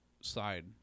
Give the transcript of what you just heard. side